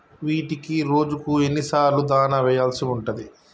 వీటికి రోజుకు ఎన్ని సార్లు దాణా వెయ్యాల్సి ఉంటది?